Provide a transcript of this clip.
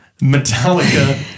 Metallica